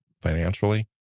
financially